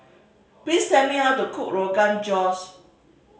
please tell me how to cook Rogan Josh